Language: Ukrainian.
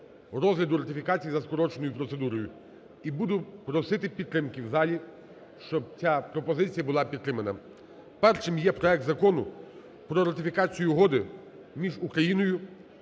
розгляду ратифікацій за скороченою процедурою. І буду просити підтримки в залі, щоб ця пропозиція була підтримана. Першим є проект Закону про ратифікацію Угоди між Україною